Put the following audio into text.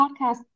podcast